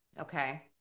okay